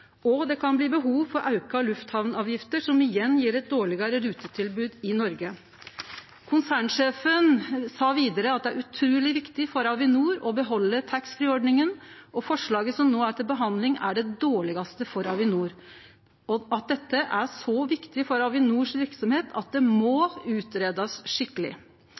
og det kan bli behov for auka lufthamnavgifter, som igjen gjev eit dårlegare rutetilbod i Noreg. Konsernsjefen sa vidare at det er utruleg viktig for Avinor å behalde taxfree-ordninga, at forslaget som no er til behandling, er det dårlegaste for Avinor, og at dette er så viktig for Avinors verksemd at det må greiast ut skikkeleg.